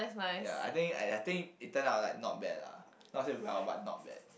ya I think I I think it turned out like not bad lah not say well but not bad